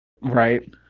Right